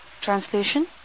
Translation